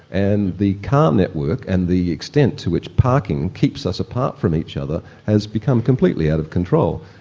and the car network and the extent to which parking keeps us apart from each other has become completely out of control.